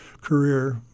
career